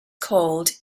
cold